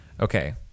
Okay